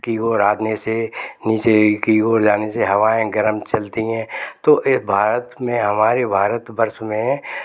की ओर आने से नीचे की ओर जाने से हवाएँ गर्म चलती है तो भारत में हमारे भारत वर्ष में